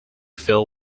fill